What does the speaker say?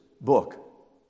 book